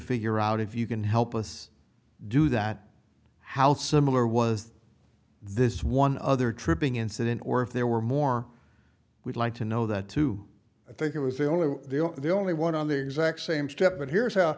figure out if you can help us do that how similar was this one other tripping incident or if there were more we'd like to know that two i think it was the only the only one on the exact same step but here's